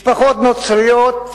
משפחות נוצריות,